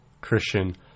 Christian